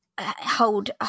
hold